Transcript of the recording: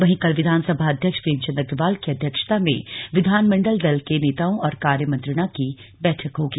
वहीं कल विधानसभा अध्यक्ष प्रेमचंद अग्रवाल की अध्यक्षता में विधानमंडल दल के नेताओं और कार्य मंत्रणा की बैठक होगी